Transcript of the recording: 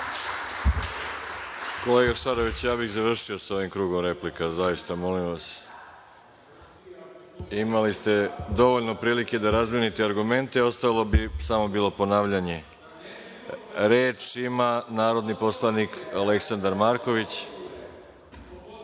Kolega Šaroviću, ja bih završio sa ovim krugom replika, molim vas. Imali ste dovoljno prilike da razmenite argumente, a ostalo bi bilo samo ponavljanje. Reč ima narodni poslanik Aleksandar Marković.(Nemanja